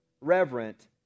reverent